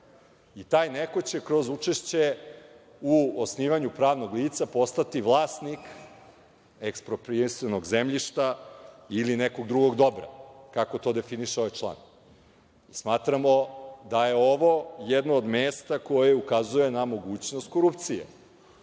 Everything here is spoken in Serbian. Taj neko će kroz učešće u osnivanju pravnog lica postati vlasnik eksproprisanog zemljišta ili nekog drugog dobra, kako to definiše ovaj član. Smatramo da je ovo jedno od mesta koje ukazuje na mogućnost korupcije.